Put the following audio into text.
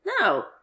No